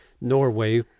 Norway